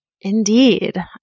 Indeed